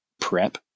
prep